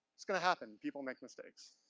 it's gonna happen. people make mistakes.